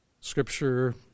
Scripture